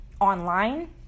online